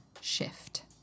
shift